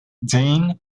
dane